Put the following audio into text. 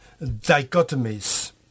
dichotomies